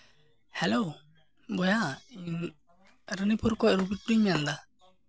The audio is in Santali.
ᱦᱮᱞᱳ ᱵᱚᱭᱦᱟ ᱤᱧ ᱨᱟᱱᱤᱯᱩᱨ ᱠᱷᱚᱱ ᱨᱚᱵᱤ ᱴᱩᱰᱩᱧ ᱢᱮᱱ ᱮᱫᱟ